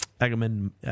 Agamemnon